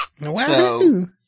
Wahoo